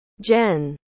Jen